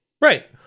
Right